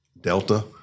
Delta